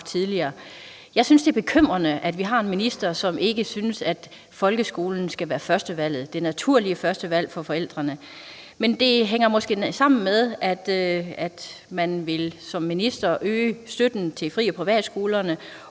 Jeg synes, det er bekymrende, at vi har en minister, som ikke synes, at folkeskolen skal være førstevalget, det naturlige første valg, for forældrene, men det hænger måske sammen med, at man som minister vil øge støtten til fri- og privatskolerne,